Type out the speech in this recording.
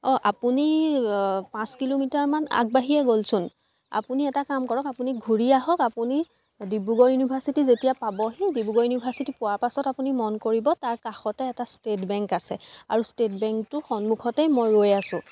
অঁ আপুনি পাঁচ কিল'মিটাৰ মান আগবাঢ়িয়ে গ'লচোন আপুনি এটা কাম কৰক আপুনি ঘূৰি আহক আপুনি ডিব্ৰুগড় ইউনিৰ্ভাছিটি যেতিয়া পাবহি ডিব্ৰুগড় ইউনিৰ্ভাছিটি পোৱাৰ পাছত আপুনি মন কৰিব তাৰ কাষতে এটা ষ্টেট বেংক আছে আৰু ষ্টেট বেংকটো সন্মুখতে মই ৰৈ আছোঁ